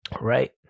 Right